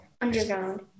underground